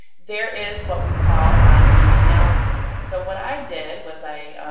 there is what we call online analysis. so what i did was i,